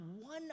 one